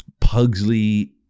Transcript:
pugsley